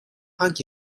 hug